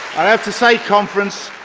i have to say, conference,